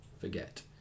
forget